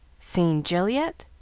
seen jill yet?